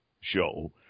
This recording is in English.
show